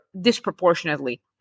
disproportionately